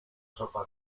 sopa